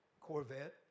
Corvette